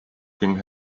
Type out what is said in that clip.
king